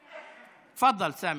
תפדל, סמי.